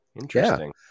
Interesting